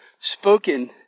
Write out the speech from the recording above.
spoken